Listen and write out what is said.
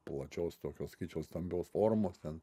plačios tokios sakyčiau stambios formos ten